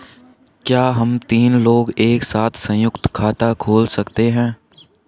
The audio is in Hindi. क्या हम तीन लोग एक साथ सयुंक्त खाता खोल सकते हैं?